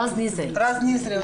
רז נזרי.